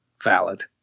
valid